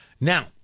Now